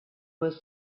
was